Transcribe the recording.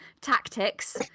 tactics